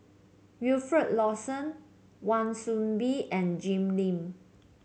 Wilfed Lawson Wan Soon Bee and Jim Lim